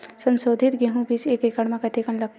संसोधित गेहूं बीज एक एकड़ म कतेकन लगथे?